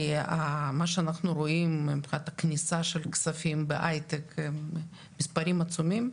כי ממה שאנחנו רואים הוא שהכניסה של הכספים מההייטק הם מספרים עצומים.